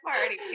party